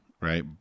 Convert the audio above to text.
Right